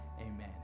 Amen